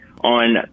on